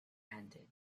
handed